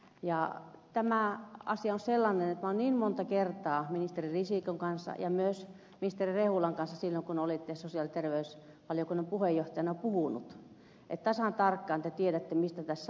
ja tämä asia on sellainen että olen niin monta kertaa ministeri risikon kanssa ja myös ministeri rehulan kanssa silloin kun olitte sosiaali ja terveysvaliokunnan puheenjohtajana puhunut että tasan tarkkaan te tiedätte mistä tässä on kyse